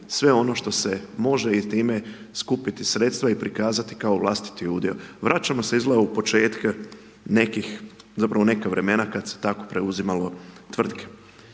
sve ono što se može i time skupiti sredstva i prikazati kao vlastiti udio. Vraćamo se izgleda u početke nekih, zapravo neka vremena kad se tako preuzimalo tvrtke.